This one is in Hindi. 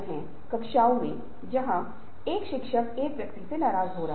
यदि विरोध और सुविधा बल कम या ज्यादा समान हैं तो परिवर्तन आगे बढ़ सकता है